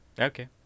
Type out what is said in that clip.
Okay